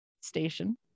station